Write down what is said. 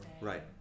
Right